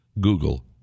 Google